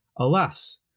Alas